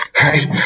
Right